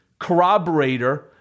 corroborator